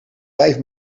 vijf